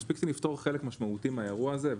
מספיק שנפתור חלק משמעותי מהאירוע הזה,